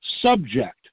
subject